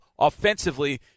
offensively